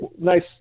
nice